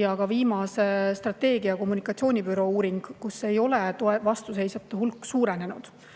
ja ka viimane kommunikatsioonibüroo uuring, kus ei ole vastuseisjate hulk suurenenud.